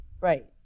Right